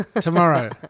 tomorrow